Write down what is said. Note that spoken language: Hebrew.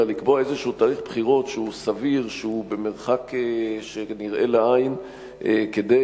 לקבוע איזה תאריך בחירות סביר במרחק שנראה לעין כדי